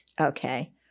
Okay